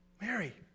Mary